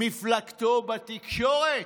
מפלגתו בתקשורת?